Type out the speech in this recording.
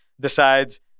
decides